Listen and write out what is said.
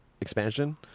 expansion